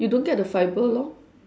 you don't get the fibre lor